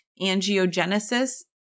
angiogenesis